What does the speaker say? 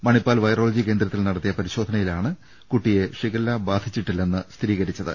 Manipal virology കേന്ദ്രത്തിൽ നടത്തിയ പരിശോധനയിലാണ് കുട്ടിയെ ഷിഗെല്ല ബാധിച്ചില്ലെന്ന് സ്ഥിരീകരിച്ചത്